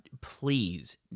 Please